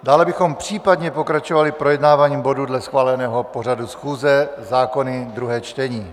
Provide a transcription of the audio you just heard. Dále bychom případně pokračovali projednáváním bodů dle schváleného pořadu schůze, zákony ve druhém čtení.